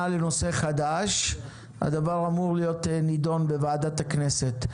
לנושא חדש הדבר אמור להיות נידון בוועדת הכנסת.